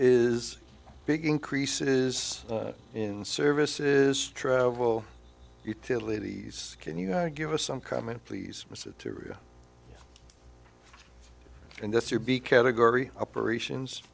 is big increases in service is travel utilities can you give us some comment please tyria and that's your be category operations